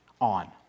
on